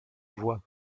voie